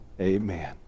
Amen